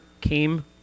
came